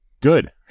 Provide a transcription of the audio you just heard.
good